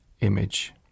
image